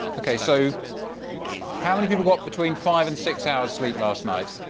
ok. so how many people got between five and six hours' sleep last night?